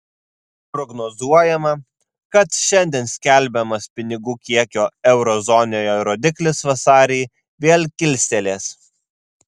prognozuojama kad šiandien skelbiamas pinigų kiekio euro zonoje rodiklis vasarį vėl kilstelės